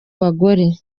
bagore